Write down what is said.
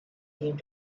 came